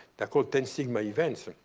the quote ten sigma events.